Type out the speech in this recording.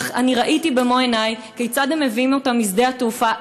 אני ראיתי במו עיני כיצד הם מביאים אותם משדה התעופה,